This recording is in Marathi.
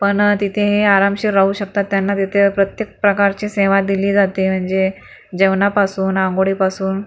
पण तिथेही आरामशीर राहू शकतात त्यांना तिथे प्रत्येक प्रकारची सेवा दिली जाते म्हणजे जेवणापासून आंघोळीपासून